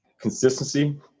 consistency